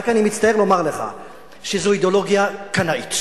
רק אני מצטער לומר לך שזאת אידיאולוגיה קנאית.